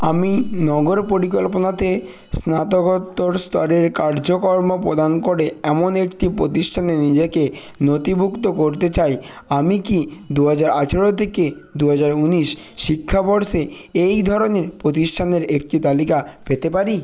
আমি নগর পরিকল্পনাতে স্নাতকোত্তর স্তরের কার্যকর্ম প্রদান করে এমন একটি প্রতিষ্ঠানে নিজেকে নথিভুক্ত করতে চাই আমি কি দু হাজার আঠেরো থেকে দু হাজার ঊনিশ শিক্ষাবর্ষে এই ধরনের প্রতিষ্ঠানের একটি তালিকা পেতে পারি